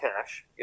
cash